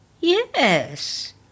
Yes